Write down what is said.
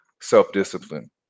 self-discipline